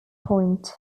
point